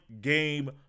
game